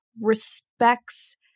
respects